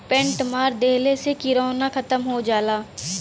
paint मार देहले से किरौना खतम हो जाला